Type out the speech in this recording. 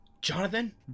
Jonathan